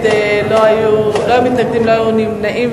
לא היו מתנגדים, לא היו נמנעים.